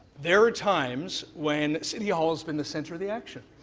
there are times when city hall has been the center of the action,